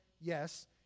Yes